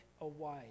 away